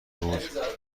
بود